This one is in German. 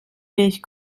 milch